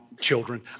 children